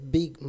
Big